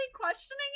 questioning